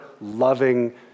loving